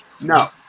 No